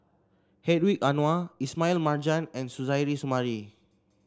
Hedwig Anuar Ismail Marjan and Suzairhe Sumari